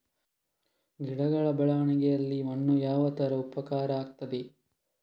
ಗಿಡಗಳ ಬೆಳವಣಿಗೆಯಲ್ಲಿ ಮಣ್ಣು ಯಾವ ತರ ಉಪಕಾರ ಆಗ್ತದೆ?